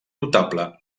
notable